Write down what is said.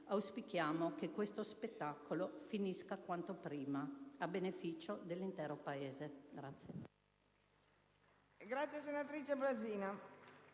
auspichiamo che questo spettacolo finisca quanto prima, a beneficio dell'intero Paese.